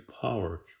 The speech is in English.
power